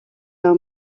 are